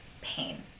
pain